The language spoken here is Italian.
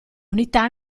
unità